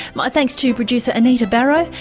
thanks to producer anita barraud,